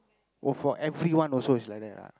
oh so for everyone also is like that ah